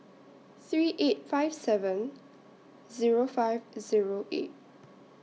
three eight five seven Zero five Zero eight